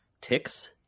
ticks